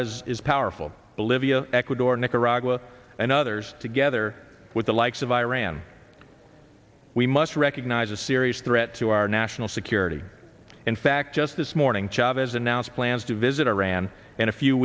is powerful bolivia ecuador nicaragua and others together with the likes of iran we must recognize a serious threat to our national security in fact just this morning chavez announced plans to visit iran and a few